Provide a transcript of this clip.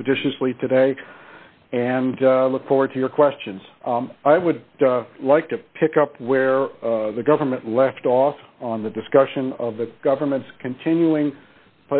expeditiously today and look forward to your questions i would like to pick up where the government left off on the discussion of the government's continuing